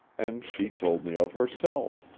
and she told me of herself,